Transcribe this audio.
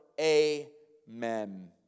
Amen